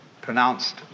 pronounced